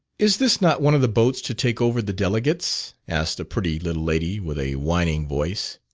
is this not one of the boats to take over the delegates? asked a pretty little lady, with a whining voice.